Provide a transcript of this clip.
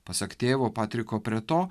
pasak tėvo patriko preto